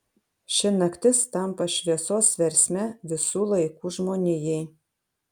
ši naktis tampa šviesos versme visų laikų žmonijai